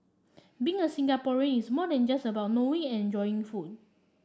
being a Singaporean is more than just about knowing and enjoying food